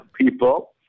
people